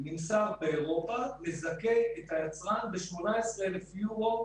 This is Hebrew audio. שנמסר באירופה מזכה את היצרן ב-18,000 יורו